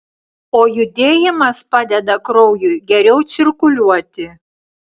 o judėjimas padeda kraujui geriau cirkuliuoti